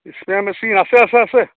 spray machine আছে আছে আছে